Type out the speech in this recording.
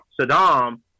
Saddam